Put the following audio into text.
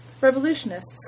Revolutionists